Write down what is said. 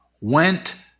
went